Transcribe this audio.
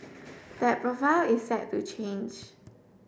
that profile is set to change